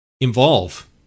involve